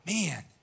man